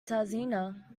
tanzania